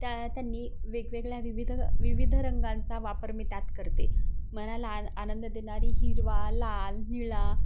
त्या त्यांनी वेगवेगळ्या विविध विविध रंगांचा वापर मी त्यात करते मनाला आनंद देणारी हिरवा लाल नीळा